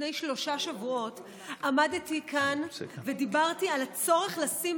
לפני שלושה שבועות עמדתי כאן ודיברתי על הצורך לשים